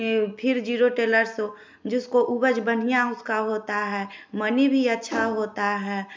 ये फिर zero tiller सो जिसको उपज बढ़िया उसका होता है मनी भी अच्छा होता है